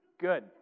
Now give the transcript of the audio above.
good